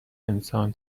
انسان